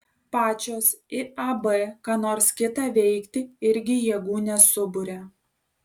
pačios iab ką nors kitą veikti irgi jėgų nesuburia